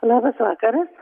labas vakaras